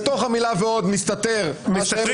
בתוך המילה ועוד מסתתר --- מסתתרים